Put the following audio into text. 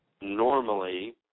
normally